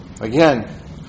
Again